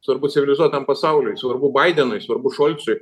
svarbu civilizuotam pasauliui svarbu baidenui svarbu šolcui